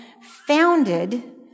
founded